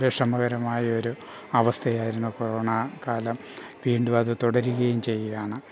വിഷമകരമായൊരു അവസ്ഥയായിരുന്നു കൊറോണ കാലം വീണ്ടും അത് തുടരുകയും ചെയ്യുകയാണ്